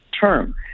term